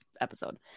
episode